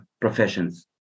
professions